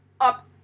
Up